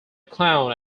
clown